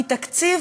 כי תקציב